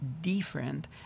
Different